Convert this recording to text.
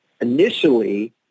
Initially